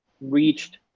reached